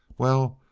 well,